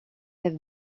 have